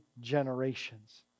generations